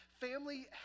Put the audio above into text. family